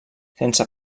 sense